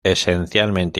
esencialmente